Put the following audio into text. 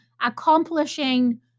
accomplishing